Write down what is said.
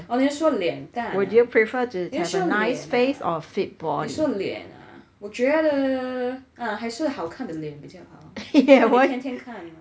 oh 你是说脸蛋 ah 你说脸 ah 你说脸 ah 我觉得 ah 还是好看的脸比较好因为天天看 mah